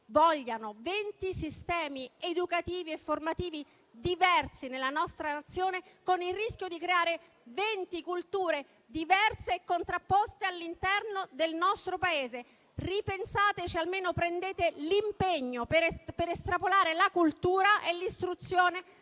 vogliano venti sistemi educativi e formativi diversi nella nostra Nazione, con il rischio di creare venti culture diverse e contrapposte all'interno del nostro Paese. Ripensateci e almeno prendete l'impegno a estrapolare la cultura e l'istruzione